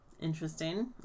Interesting